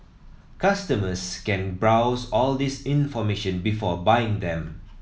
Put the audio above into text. customers can browse all this information before buying them